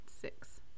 six